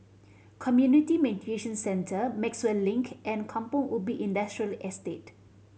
Community Mediation Centre Maxwell Link and Kampong Ubi Industrial Estate